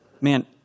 Man